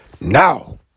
now